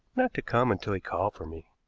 not to come until he called for me.